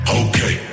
okay